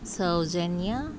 సౌజన్య